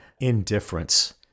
indifference